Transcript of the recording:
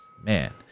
man